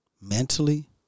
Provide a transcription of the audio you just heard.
mentally